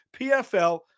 PFL